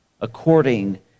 according